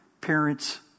parents